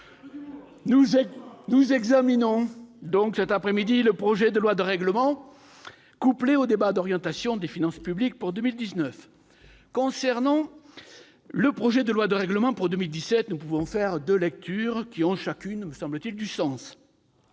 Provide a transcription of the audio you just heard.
Nous examinons donc cet après-midi le projet de loi de règlement, couplé au débat sur l'orientation des finances publiques pour 2019. Concernant le projet de loi de règlement du budget de l'année 2017, nous pouvons en faire deux lectures, qui ont chacune du sens.